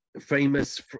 famous